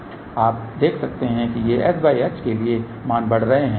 अब आप देख सकते हैं कि ये sh के लिए मान बढ़ रहे हैं